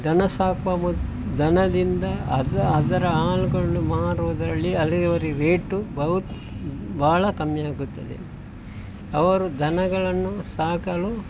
ದನ ಸಾಕುವ ಮು ದನದಿಂದ ಅದು ಅದರ ಹಾಲುಗಳ್ನು ಮಾರುವುದಲ್ಲಿ ಅಲ್ಲಿ ಅವರಿಗೆ ರೇಟು ಬಹು ಭಾಳ ಕಮ್ಮಿ ಆಗುತ್ತದೆ ಅವರು ದನಗಳನ್ನು ಸಾಕಲು